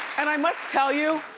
and i must tell you.